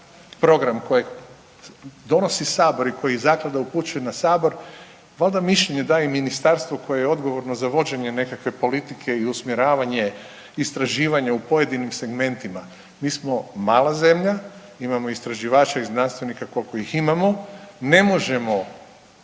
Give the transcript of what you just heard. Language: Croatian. program kojeg donosi Sabor i koji zaklada upućuje na Sabor vlada mišljenje da i ministarstvo koje je odgovorno za vođenje nekakve politike i usmjeravanje istraživanje u pojedinim segmentima. Mi smo mala zemlja, imamo istraživača i znanstvenika koliko ih imamo. Ne možemo